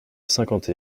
cinquante